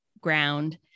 ground